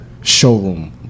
showroom